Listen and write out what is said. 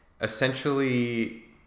essentially